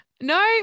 No